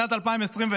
שנת 2021,